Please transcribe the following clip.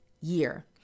year